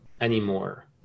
anymore